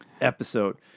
episode